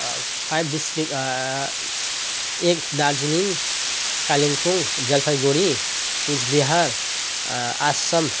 five district एक दार्जिलिङ कालिम्पोङ जलपाइगुडी कुचबिहार आसाम